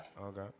Okay